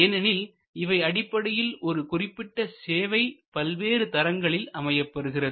ஏனெனில் இவை அடிப்படையில் ஒரு குறிப்பிட்ட சேவை பல்வேறு தரங்களில் அமையப் பெறுகிறது